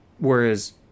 whereas